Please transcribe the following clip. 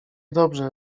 dobrze